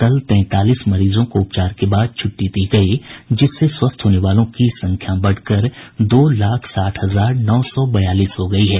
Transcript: कल तैंतालीस मरीजों को उपचार की बाद छूट्टी दी गयी जिससे स्वस्थ होने वालों की संख्या बढ़कर दो लाख साठ हजार नौ सौ बयालीस हो गयी है